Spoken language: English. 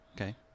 Okay